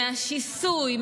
מהשיסוי,